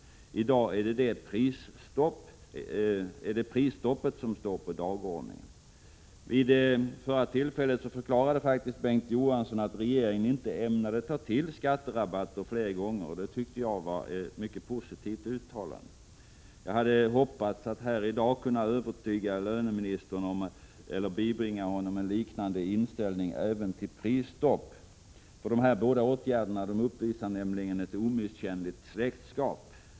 I dag är det prisstoppet som står på dagordningen. I den nämnda debatten med Bengt K. Å. Johansson förklarade han faktiskt att regeringen inte ämnade ta till skatterabatter fler gånger. Det tyckte jag var ett positivt uttalande. Jag hade hoppats att här i dag kunna bibringa löneministern en liknande inställning även till prisstopp. Dessa båda åtgärder uppvisar nämligen ett omisskännligt släktskap.